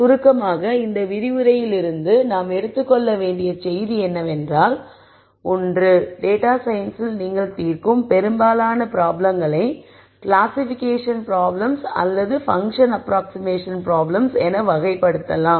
சுருக்கமாக இந்த விரிவுரையிலிருந்து நாம் எடுத்துக் கொள்ள வேண்டிய செய்தி என்னவென்றால் ஒன்று டேட்டா சயின்ஸில் நீங்கள் தீர்க்கும் பெரும்பாலான ப்ராப்ளம்களை கிளாசிபிகேஷன் ப்ராப்ளம்ஸ் அல்லது பங்க்ஷன் அப்ராக்ஸிமேஷன் ப்ராப்ளம்ஸ் என வகைப்படுத்தலாம்